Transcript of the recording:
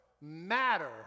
matter